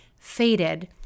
faded